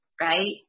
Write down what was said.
right